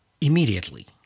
immediately